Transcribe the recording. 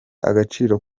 agaciro